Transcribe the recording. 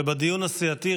ובדיון הסיעתי,